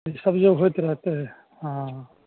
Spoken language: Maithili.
ईसब जे होइत रहतइ हँ